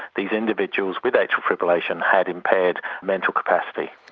these individuals with atrial fibrillation had impaired mental capacity.